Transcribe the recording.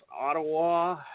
Ottawa